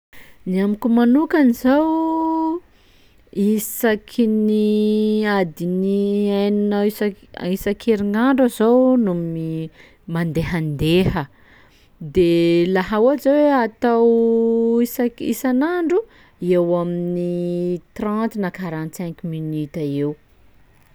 Ny amiko manokany zao, isaky ny adin'ny enina isak- agnisan-kerignandro aho zao no mi- mandehandeha, de laha ohatsy zao hoe atao isak- isan'andro eo amin'ny trente na quarante cinq minutes eo.